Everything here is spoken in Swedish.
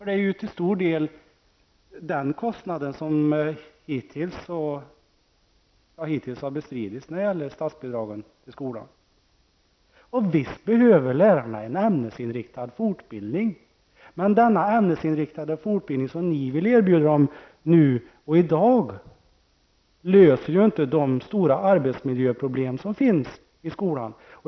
Det är ju till stor del den kostnaden som hittills har bestridits när det gäller statsbidragen till skolan. Visst behöver lärarna en ämnesinriktad fortbildning, men den ämnesinriktade fortbildning som ni i dag vill erbjuda dem innebär ju inte någon lösning på de stora arbetsmiljöproblem som finns i skolan.